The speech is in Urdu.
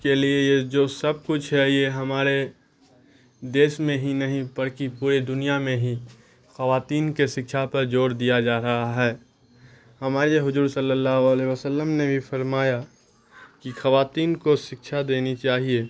کے لیے یہ جو سب کچھ ہے یہ ہمارے دیش میں ہی نہیں بلکہ پورے دنیا میں ہی خواتین کے سکچھا پر جوور دیا جا رہا ہے ہمارے یہ حضور صلی اللہ علیہ وسلم نے بھی فرمایا کہ خواتین کو سکچھا دینی چاہیے